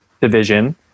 division